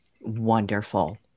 Wonderful